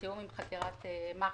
בתיאום עם חקירת מח"ש,